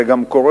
וזה גם קורה,